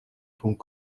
punkt